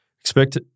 expect